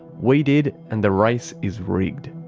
we did, and the race is rigged.